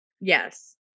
Yes